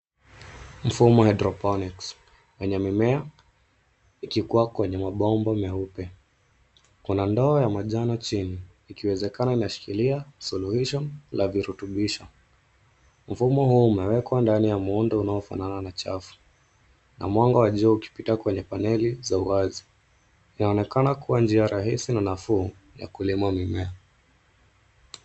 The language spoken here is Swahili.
Mfumo wa hydroponics wenye mimea ikikuwa kwenye mabomba meupe. Kuna ndoo ya manjano chini ikiwezekana inashikilia soluhisho, la virutubisha. Mfumo huu umewekwa ndani ya muundo unaofanana na chafu na mwanga wa juu ukipita kwenye paneli za wazi. Yaonekana kuwa njia rahisi na nafuu ya kulima mimea.